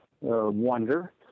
wonder